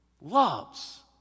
loves